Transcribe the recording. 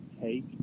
take